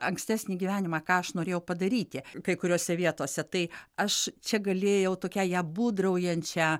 ankstesnį gyvenimą ką aš norėjau padaryti kai kuriose vietose tai aš čia galėjau tokią ją būdraujančią